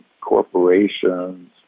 corporations